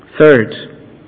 Third